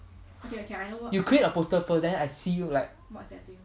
you create a poster first then I see